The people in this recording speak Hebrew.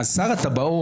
שר הטבעות,